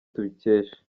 tubikesha